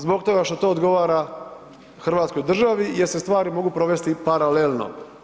Zbog toga što to odgovara Hrvatskoj državi jer se stvari mogu provesti paralelno.